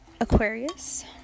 Aquarius